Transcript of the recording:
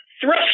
thrust